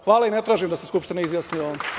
Hvala i ne tražim da se Skupština izjasni o ovome.